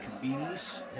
convenience